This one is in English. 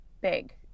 big